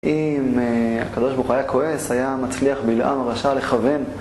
אם הקדוש ברוך היה כועס, היה מצליח בלעם הרשע לכוון ...